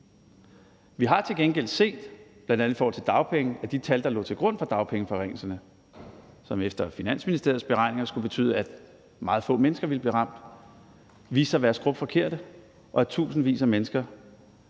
Vi har til gengæld set, bl.a. i forhold til dagpengene, at de tal, der lå til grund for dagpengeforringelserne, og som efter Finansministeriets beregninger skulle betyde, at meget få mennesker ville blive ramt, viste sig at være skrupforkerte, og tusindvis af mennesker